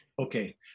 Okay